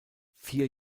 vier